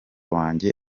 wanjye